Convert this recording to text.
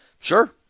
Sure